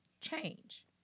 change